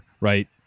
right